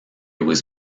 was